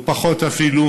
או פחות, אפילו,